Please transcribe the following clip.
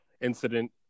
incident